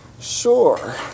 Sure